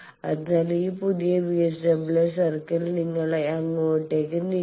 അതിനായി ഈ പുതിയ വിഎസ്ഡബ്ല്യുആർ സർക്കിൾ നിങ്ങൾ അങ്ങോട്ടേക്ക് നീക്കുക